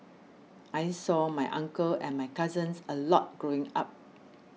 I saw my uncle and my cousins a lot growing up